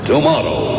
Tomorrow